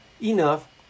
enough